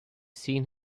seen